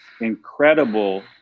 incredible